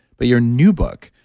but your new book,